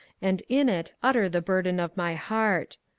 and in it utter the burden of my heart.